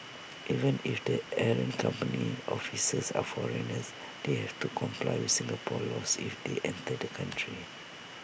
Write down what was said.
even if the errant company's officers are foreigners they have to comply with Singapore's laws if they enter the country